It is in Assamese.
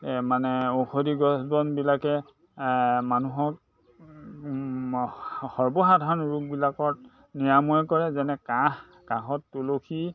মানে ঔষধি গছ বনবিলাকে মানুহক সৰ্বসাধাৰণ ৰোগবিলাকত নিৰাময় কৰে যেনে কাঁহ কাঁহত তুলসী